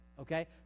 Okay